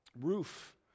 roof